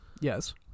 Yes